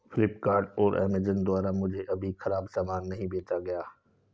फ्लिपकार्ट और अमेजॉन द्वारा मुझे कभी खराब सामान नहीं बेचा गया